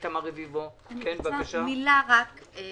איתמר רביבו -- אני רוצה לומר רק מילה כדי